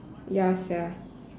ya sia